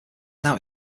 now